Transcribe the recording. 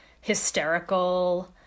hysterical